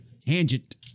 tangent